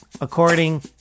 according